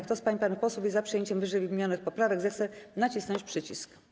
Kto z pań i panów posłów jest za przyjęciem ww. poprawek, zechce nacisnąć przycisk.